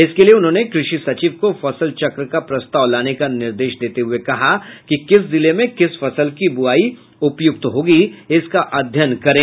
इसके लिये उन्होंने कृषि सचिव को फसल चक्र का प्रस्ताव लाने का निर्देश देते हुये कहा कि किस जिले में किस फसल की बुआई उपयुक्त होगी इसका अध्ययन करें